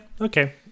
okay